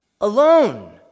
alone